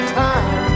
time